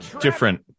different